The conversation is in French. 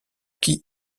qui